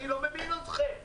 אני לא מבין אתכם.